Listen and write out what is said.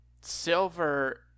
Silver